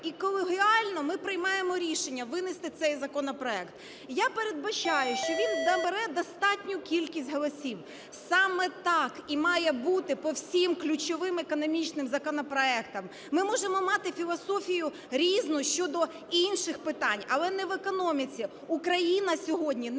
І колегіально ми приймаємо рішення винести цей законопроект. Я передбачаю, що він набере достатню кількість голосів. Саме так і має бути по всім ключовим економічним законопроектам. Ми можемо мати філософію різну щодо інших питань, але не в економіці. Україна сьогодні не може, на